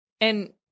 and-